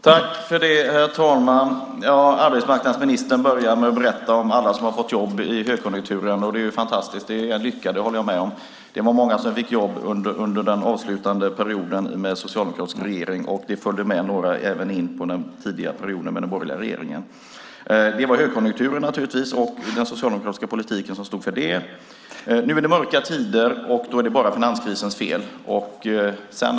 Herr talman! Arbetsmarknadsministern börjar med att berätta om alla som har fått jobb i högkonjunkturen. Det är ju fantastiskt. Det är en lycka. Det håller jag med om. Det var många som fick jobb under den avslutande perioden med socialdemokratisk regering, och det följde med några även in på den tidiga perioden med den borgerliga regeringen. Det var naturligtvis högkonjunkturen och den socialdemokratiska politiken som stod för det. Nu är det mörka tider, och då är det bara finanskrisens fel.